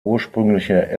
ursprüngliche